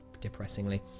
depressingly